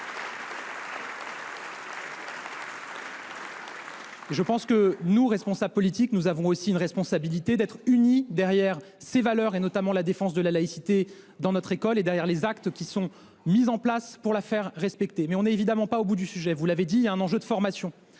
Je pense que nous, responsables politiques, avons aussi la responsabilité d’être unis derrière ces valeurs, notamment la défense de la laïcité dans notre école, et derrière les actes qui sont mis en place pour la faire respecter. Pour autant, nous n’avons évidemment pas épuisé le sujet. Vous l’avez dit, madame la sénatrice, il y a un enjeu de formation.